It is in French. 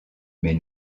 mais